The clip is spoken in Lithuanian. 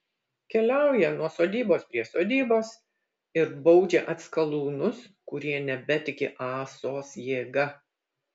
keliauja nuo sodybos prie sodybos ir baudžia atskalūnus kurie nebetiki ąsos jėga